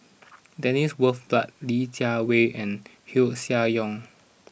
Dennis Bloodworth Li Jiawei and Koeh Sia Yong